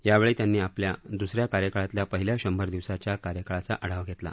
यावेळी त्यांनी आपल्या दुसऱ्या कार्यकाळातल्या पहिल्या शंभर दिवसांच्या कार्यकाळाचा आढावा घेतला